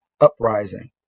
uprising